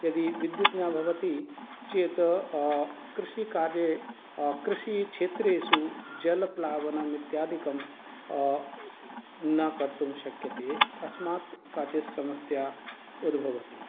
यदि विद्युत् न भवति चेत् कृषिकार्ये कृषिक्षेत्रेषु जलप्लावनम् इत्यादीकं न कर्तुं शक्यते अस्मात् काचित् समस्या उद्भवति